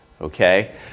Okay